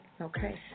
Okay